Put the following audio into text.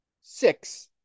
Six